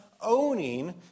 owning